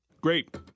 Great